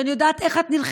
אני יודעת איך את נלחמת,